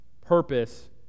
purpose